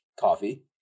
coffee